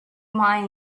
mine